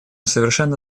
совершенно